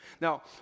Now